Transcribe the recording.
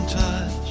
touch